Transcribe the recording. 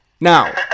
Now